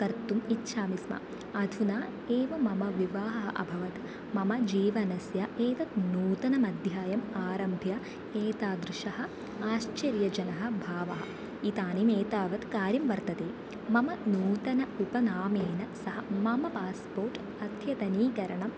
कर्तुम् इच्छामि स्म अधुना एव मम विवाहः अभवत् मम जीवनस्य एतत् नूतनमध्यायम् आरभ्य एतादृशः आश्चर्यजनः भावः इदानीमेतावत् कार्यं वर्तते मम नूतनम् उपनामेन सह मम पास्पोर्ट् अद्यतनीकरणम्